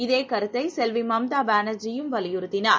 இதேகருத்தைசெல்விமம்தாபானர்ஜியும் வலியுறுத்தினார்